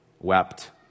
wept